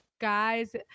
guys